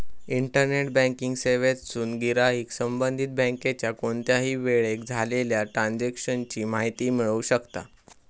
internet banking सेवेतसून गिराईक संबंधित बँकेच्या कोणत्याही वेळेक झालेल्या ट्रांजेक्शन ची माहिती मिळवू शकता